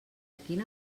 quina